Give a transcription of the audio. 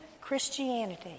Christianity